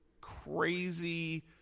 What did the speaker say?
crazy